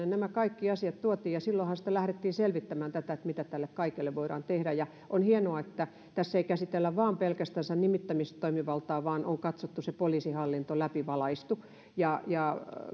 nämä kaikki asiat tuotiin ja silloinhan lähdettiin selvittämään mitä tälle kaikelle voidaan tehdä on hienoa että tässä ei käsitellä vain pelkästänsä nimittämistoimivaltaa vaan on se poliisihallinto läpivalaistu